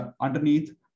underneath